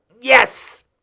Yes